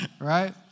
Right